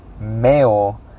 male